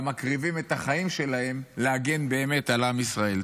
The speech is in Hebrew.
גם מקריבים את החיים שלהם כדי להגן באמת על עם ישראל.